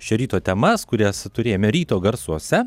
šio ryto temas kurias turėjome ryto garsuose